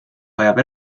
vajab